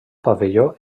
pavelló